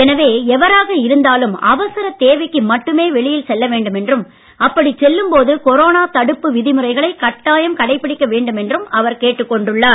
எனவே எவராக இருந்தாலும் அவசரத் தேவைக்கு மட்டுமே வெளியில் செல்ல வேண்டும் என்றும் அப்படி செல்லும் போது கொரோனா தடுப்பு விதிமுறைகளை கட்டாயம் கடைபிடிக்க வேண்டும் என்றும் அவர் கேட்டுக் கொண்டுள்ளார்